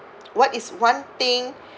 what is one thing